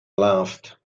laughed